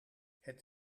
het